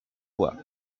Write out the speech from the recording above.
bois